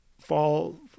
fall